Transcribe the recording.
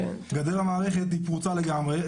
גדר המערכת היא פרוצה לגמרי.